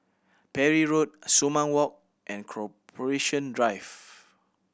Parry Road Sumang Walk and Corporation Drive